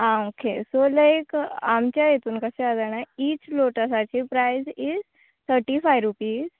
आ okay so लायक आमच्या हेतून कशें आसा जाणा इच लोटसाचे price is thirty five rupees